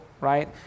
right